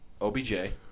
OBJ